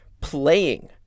playing